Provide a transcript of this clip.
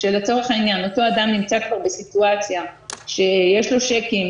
שלצורך העניין אותו אדם נמצא כבר בסיטואציה שיש לו צ'קים,